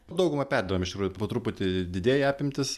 daugumą perdirbam iš tikrųjų po truputį didėja apimtys